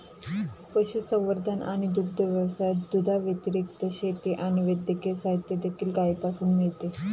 पशुसंवर्धन आणि दुग्ध व्यवसायात, दुधाव्यतिरिक्त, शेती आणि वैद्यकीय साहित्य देखील गायीपासून मिळते